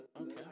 Okay